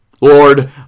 Lord